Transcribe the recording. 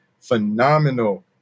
phenomenal